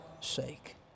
sake